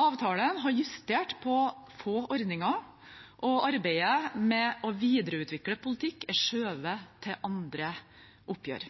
Avtalen har justert på få ordninger, og arbeidet med å videreutvikle politikk er skjøvet til andre oppgjør.